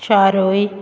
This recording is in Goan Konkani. चारूय